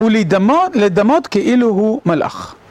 ולהדמות, לדמות כאילו הוא מלאך.